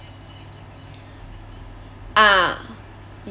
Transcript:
ah